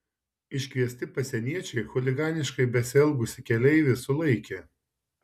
iškviesti pasieniečiai chuliganiškai besielgusį keleivį sulaikė